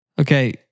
Okay